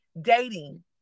dating